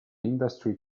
industry